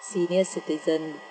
senior citizen